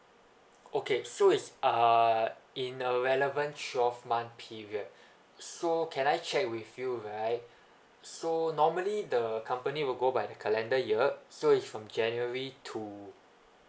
okay so is uh in a relevant twelve month period so can I check with you right so normally the company will go by the calendar year so is from january to